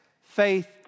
faith